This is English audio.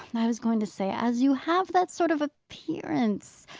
i was going to say, as you have that sort of appearance,